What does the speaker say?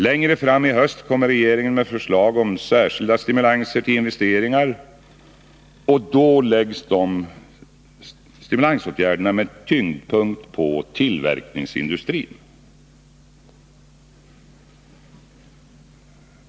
Längre fram i höst kommer regeringen med förslag om särskilda stimulanser till investeringar, med tyngdpunkt på tillverkningsindustrin.